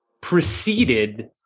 preceded